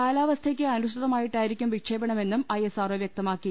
കാലാവസ്ഥക്ക് അനുസൃതമായിട്ടായിരിക്കും വിക്ഷേപണമെന്നും ഐ എസ് ആർ ഒ വൃക്തമാക്കി